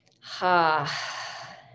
Ha